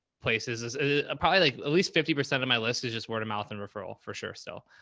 places is ah ah probably like, at least fifty percent of my list is just word of mouth and referral, for sure. so,